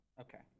okay